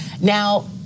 Now